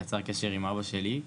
יצר קשר עם אבא שלי,